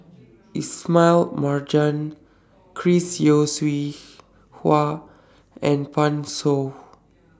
Ismail Marjan Chris Yeo Siew Hua and Pan Shou